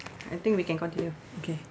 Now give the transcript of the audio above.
I think we can continue okay